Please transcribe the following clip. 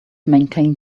maintained